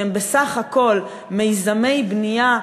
שהן בסך הכול מיזמי בנייה,